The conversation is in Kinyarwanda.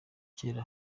kera